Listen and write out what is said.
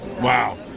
Wow